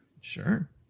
Sure